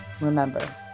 Remember